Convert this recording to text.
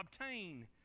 obtain